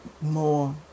more